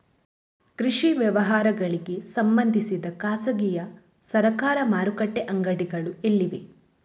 ಕೃಷಿ ವ್ಯವಹಾರಗಳಿಗೆ ಸಂಬಂಧಿಸಿದ ಖಾಸಗಿಯಾ ಸರಕಾರಿ ಮಾರುಕಟ್ಟೆ ಅಂಗಡಿಗಳು ಎಲ್ಲಿವೆ?